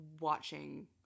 watching